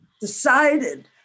decided